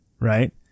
right